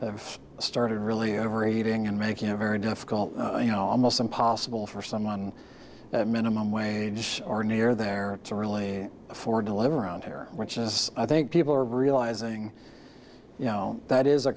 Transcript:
have started really overheating and making a very difficult you know almost impossible for someone minimum wage are near there to really afford to live around here which is i think people are realizing you know that is a